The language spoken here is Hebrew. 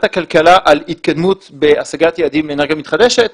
הכלכלה על התקדמות בהשגת יעדים באנרגיה מתחדשת.